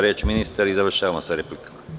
Reč ima ministar i završavamo sa replikama.